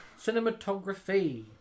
Cinematography